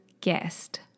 guest